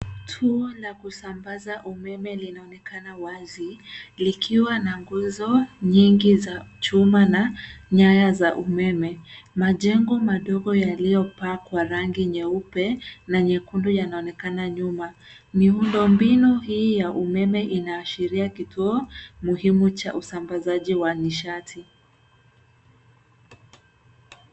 Tuo la kusambaza umeme linaonekana wazi, likiwa na nguzo nyingi za chuma na nyaya za umeme. Majengo madogo yaliyopakwa rangi nyeupe na nyekundu yanaonekana nyuma. Miundo mbinu hii ya umeme inaashiria kituo muhimu cha usambazaji wa nishati.